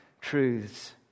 truths